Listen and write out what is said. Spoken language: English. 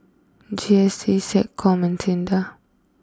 G S T SecCom and SINDA